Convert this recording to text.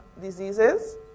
diseases